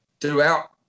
throughout